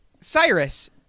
Cyrus